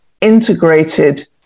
integrated